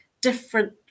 different